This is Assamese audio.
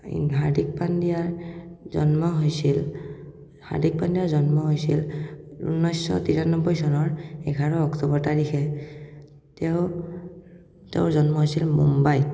হাৰ্দিক পাণ্ডেয়াৰ জন্ম হৈছিল হাৰ্দিক পাণ্ডেয়াৰ জন্ম হৈছিল ঊনৈছশ তিৰানব্বৈ চনৰ এঘাৰ অক্টোবৰ তাৰিখে তেওঁ তেওঁৰ জন্ম হৈছিল মুম্বাইত